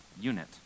unit